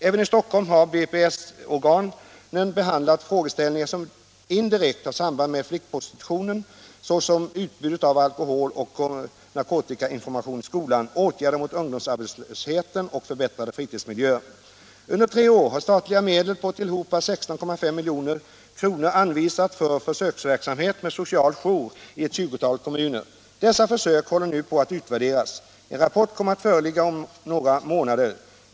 Även i Stockholm har BPS-organen behandlat frågeställningar som indirekt har samband med flickprostitutionen, såsom utbudet av alkoholoch narkotikainformation i skolan, åtgärder mot ungdomsarbetslösheten och förbättrade fritidsmiljöer. Under tre år har statliga medel på tillhopa 16,5 milj.kr. anvisats för försöksverksamhet med social jour i ett tjugotal kommuner. Dessa försök håller nu på att utvärderas. En rapport kommer att föreligga inom några månader.